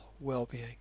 well-being